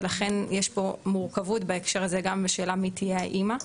ולכן יש פה מורכבות בהקשר הזה גם בשאלה מי תהיה האמא.